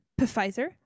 pfizer